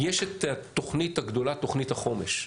יש את התוכנית הגדולה, תוכנית החומש,